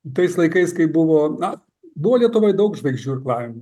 tais laikais kai buvo na buvo lietuvoj daug žvaigždžių irklavimo